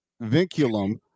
vinculum